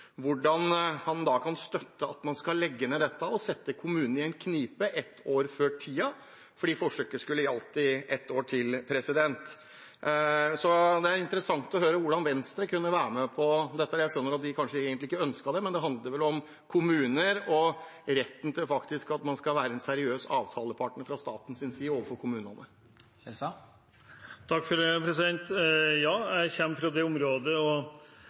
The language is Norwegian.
hvordan han da kan støtte at man skal legge det ned og sette kommunen i en knipe ett år før tiden, for forsøket skulle gjeldt i et år til. Det ville være interessant å høre hvordan Venstre kunne være med på dette. Jeg skjønner at de egentlig kanskje ikke ønsket det, men dette handler om å være en seriøs avtalepartner overfor kommunene fra statens side. Ja, jeg kommer fra det området, og ministeren, som sitter ved siden av meg, kommer faktisk fra